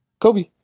Kobe